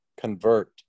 convert